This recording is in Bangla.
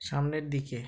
সামনের দিকে